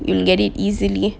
you'll get it easily